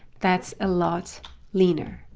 that's a lot leaner,